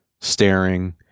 staring